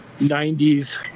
90s